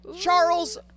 Charles